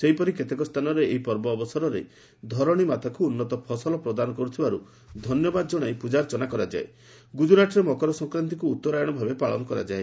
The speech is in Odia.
ସେହିପରି କେତେକ ସ୍ରାନରେ ଏହି ପର୍ବ ଅବସରରେ ଧରଣୀମାତାକୁ ଉନ୍ନତ ଫସଲ ପ୍ରଦାନ କରୁଥିବାରୁ ଧନ୍ୟବାଦ ଜଣାଇ ପୁଜାର୍ଚ୍ଚନା କରାଯାଏ ଗୁଜରାଟରେ ମକର ସଂକ୍ରାଡ୍ଡିକୁ ଉତ୍ତରାୟଣ ଭାବେ ପାଳନ କରାଯାଏ